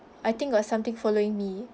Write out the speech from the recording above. I think got something following me